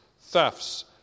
thefts